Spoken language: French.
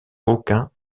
aucun